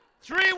Three